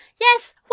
Yes